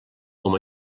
com